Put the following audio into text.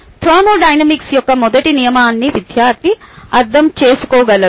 thermodynamics యొక్క మొదటి నియమాన్ని విద్యార్థి అర్థం చేసుకోగలడు